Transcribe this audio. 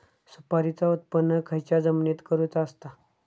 सुपारीचा उत्त्पन खयच्या जमिनीत करूचा असता?